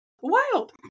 wild